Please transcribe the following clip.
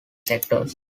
sectors